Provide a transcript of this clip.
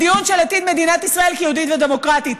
הדיון על עתיד מדינת ישראל כיהודית ודמוקרטית,